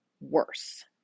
worse